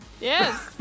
Yes